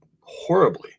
horribly